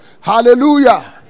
Hallelujah